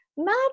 mad